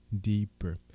deeper